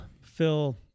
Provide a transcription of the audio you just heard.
Phil